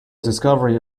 discovery